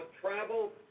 travel